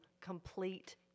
complete